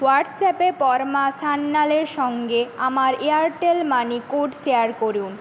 হোয়াটসঅ্যাপে পরমা সান্যালের সঙ্গে আমার এয়ারটেল মানি কোড শেয়ার করুন